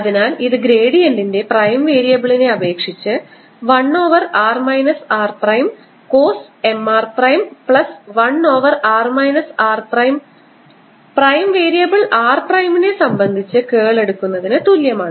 അതിനാൽ ഇത് ഗ്രേഡിയന്റിൻറെ പ്രൈം വേരിയബിളിനെ അപേക്ഷിച്ച് 1 over r minus r prime cross M r prime plus 1 over r minus r prime prime variable r പ്രൈമിനെ സംബന്ധിച്ച് കേൾ എടുക്കുന്നതിന് തുല്യമാണ്